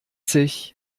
sich